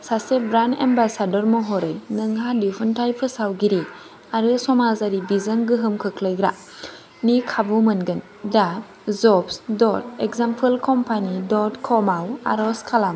सासे brand ambassador महरै नोंहा दिहुन्थाइ फोसावगिरि आरो समाजारि बिजों गोहोम खोख्लैग्रा नि खाबु मोनगोन दा jobs dot example company dot कमाव आर'ज खालाम